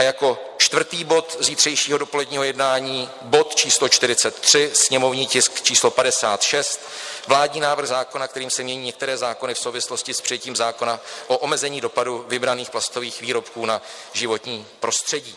Jako čtvrtý bod zítřejšího dopoledního jednání bod číslo 43, sněmovní tisk číslo 56, Vládní návrh zákona, kterým se mění některé zákony v souvislosti s přijetím zákona o omezení dopadu vybraných plastových výrobků na životní prostředí.